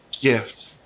gift